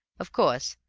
of course,